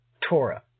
Torah